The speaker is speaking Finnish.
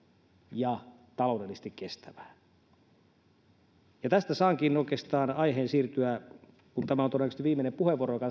ja taloudellisesti kestävää tästä saankin oikeastaan aiheen siirtyä kun tämä on todennäköisesti viimeinen puheenvuoroni